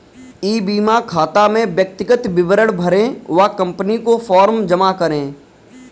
ई बीमा खाता में व्यक्तिगत विवरण भरें व कंपनी को फॉर्म जमा करें